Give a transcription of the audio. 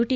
T